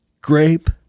Grape